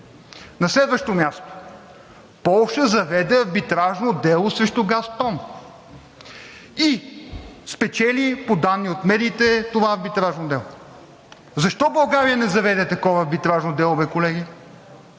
На следващо място, Полша заведе арбитражно дело срещу „Газпром“ и спечели по данни от медиите това арбитражно дело. Защо България не заведе такова арбитражно дело бе, колеги?